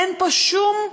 אין פה שום בשורה.